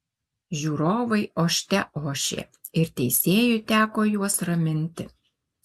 žiūrovai ošte ošė ir teisėjui teko juos raminti